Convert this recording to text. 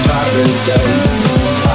Paradise